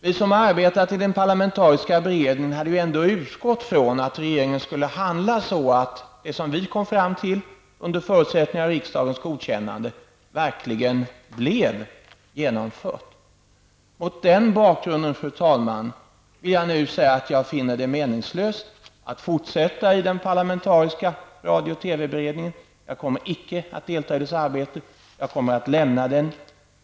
Vi som arbetat i den parlamentariska beredningen har ändå utgått från att regeringen skulle handla så, att det vi kom fram till, under förutsättning av riksdagens godkännande, verkligen blev genomfört. Mot den bakgrunden, fru talman, finner jag det nu meningslöst att fortsätta i den parlamentariska radio och TV-beredningen. Jag kommer icke att delta i dess arbete, och jag kommer att lämna den.